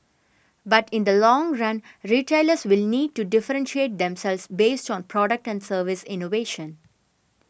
but in the long run retailers will need to differentiate themselves based on product and service innovation